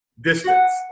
distance